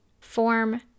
Form